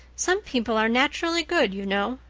some people are naturally good, you know,